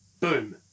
boom